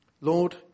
Lord